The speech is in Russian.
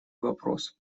вопрос